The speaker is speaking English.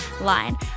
line